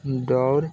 दौड़